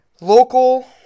local